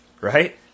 Right